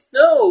no